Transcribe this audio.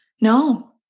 No